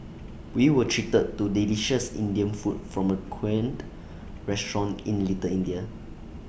we were treated to delicious Indian food from A quaint restaurant in little India